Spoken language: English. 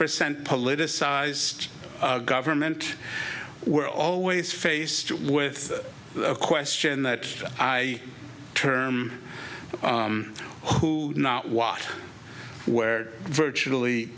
percent politicized government we're always faced with a question that i term who not walk where virtually